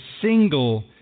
single